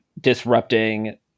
disrupting